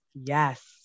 Yes